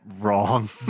wrong